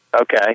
Okay